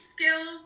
skills